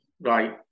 right